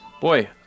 boy